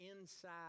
inside